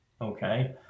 okay